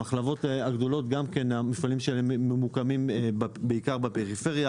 המפעלים של המחלבות הגדולות ממוקמים בעיקר בפריפריה.